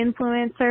influencer